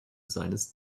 seines